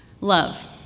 Love